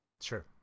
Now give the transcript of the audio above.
Sure